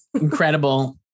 Incredible